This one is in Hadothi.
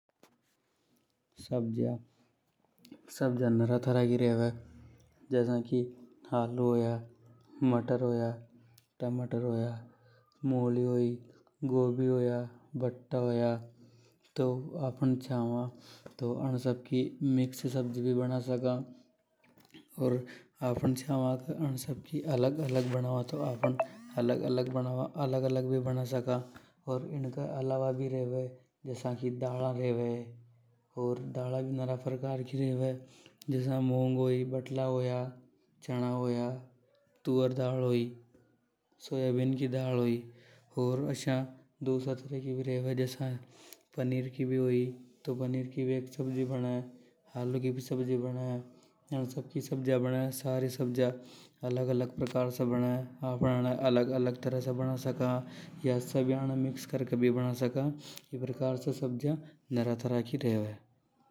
सब्जियां, सब्जियां नरा तरह की रेवे। जसा की आलू होया, मटर होया, गोभी होई, मूली होई, भट्टा होया। तो आफ़न छावां तो अन सब की मिक्स सब्जी भी बना सका। और आफ़न छावां के अन सब की अलग-अलग बनावा तो अलग-अलग भी बना सका। अर अण के अलावा भी रेवे, जसा दाला रेवे, डाला भी नरा प्रकार की रेवे। जसा मूंग होया, बटला होया, चना होया, तुअर दाल होई, सोयाबीन की दाल होई। ओर दूसरा तरह की भी रेवे जसा पनीर होयो । तो पनीर की भी सब्जी बने आलू की भी बने। या सभ्याने मिक्स करके भी बना सका। ई प्रकार से सब्जियां नरा तरह की रेवे।